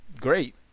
great